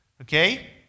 Okay